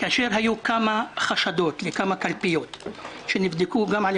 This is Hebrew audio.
היו חשדות בכמה קלפיות שנבדקו גם על